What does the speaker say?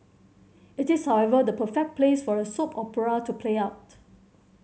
it is however the perfect place for a soap opera to play out